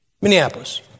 Minneapolis